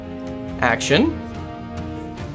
action